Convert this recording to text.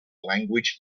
language